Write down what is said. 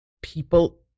people